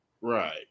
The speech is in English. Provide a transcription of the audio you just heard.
Right